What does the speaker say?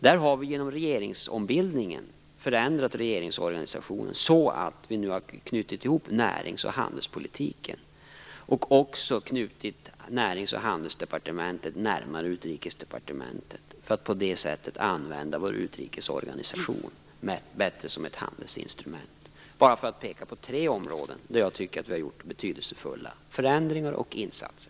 Där har vi genom regeringsombildningen förändrat regeringsorganisationen så att vi nu har knutit ihop närings och handelspolitiken och också knutit Närings och handelsdepartementet närmare Utrikesdepartementet för att på det sättet bättre använda vår utrikesorganisation som ett handelsinstrument. Det här är tre områden där jag tycker att vi har gjort betydelsefulla förändringar och insatser.